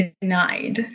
denied